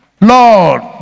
lord